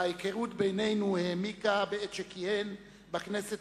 וההיכרות בינינו העמיקה בעת שכיהן בכנסת